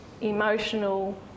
emotional